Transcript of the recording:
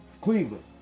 Cleveland